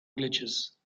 glitches